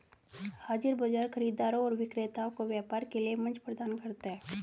हाज़िर बाजार खरीदारों और विक्रेताओं को व्यापार के लिए मंच प्रदान करता है